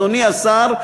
אדוני השר,